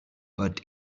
but